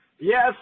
Yes